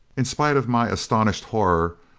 in spite of my astonished horror,